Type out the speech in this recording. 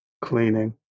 Cleaning